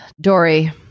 Dory